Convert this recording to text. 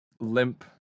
limp